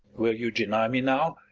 will you deny me now?